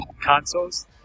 consoles